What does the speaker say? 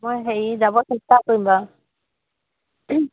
মই হেৰি যাব চেষ্টা কৰিম বাৰু